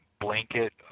blanket